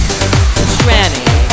Tranny